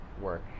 work